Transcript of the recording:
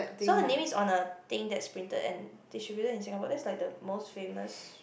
so her name is on the things that printed and distributed in Singapore that's like the most famous